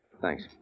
Thanks